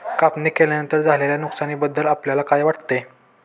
कापणी केल्यानंतर झालेल्या नुकसानीबद्दल आपल्याला काय वाटते?